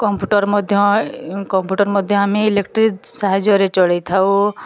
computer ମଧ୍ୟ computer ମଧ୍ୟ ଆମେ ଇଲେକ୍ଟ୍ରି ସାହାଯ୍ୟରେ ଚଳାଇଥାଉ